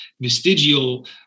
vestigial